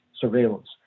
surveillance